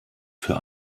für